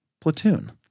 Platoon